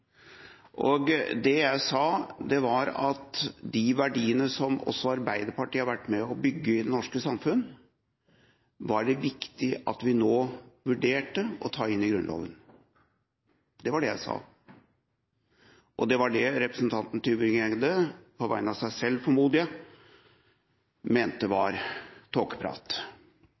det forsto jeg. Det jeg sa, var at de verdiene som også Arbeiderpartiet har vært med på å bygge i det norske samfunn, var det viktig at vi nå vurderte å ta inn i Grunnloven. Det var det jeg sa, og det var dette representanten Tybring-Gjedde – på vegne av seg selv, formoder jeg – mente var